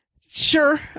sure